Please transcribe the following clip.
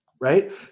Right